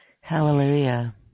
hallelujah